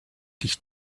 dich